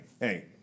Hey